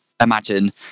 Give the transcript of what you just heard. imagine